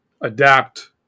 adapt